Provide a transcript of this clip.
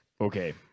Okay